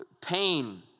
Pain